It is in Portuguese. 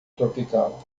tropical